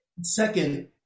Second